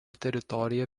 teritorija